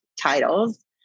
titles